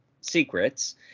secrets